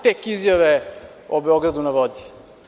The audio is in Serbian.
Tek izjave o „Beogradu na vodi“